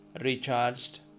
recharged